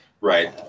Right